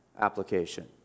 application